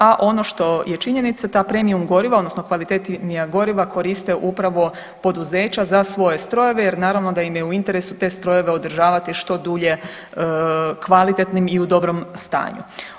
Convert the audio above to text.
A ono što je činjenica ta premium goriva, odnosno kvalitetnija goriva koriste upravo poduzeća za svoje strojeve jer naravno da im je u interesu te strojeve održavati što dulje kvalitetnim i u dobrom stanju.